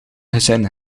gezien